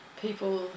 people